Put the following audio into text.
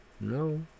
No